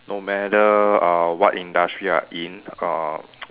no matter uh what industry you're in uh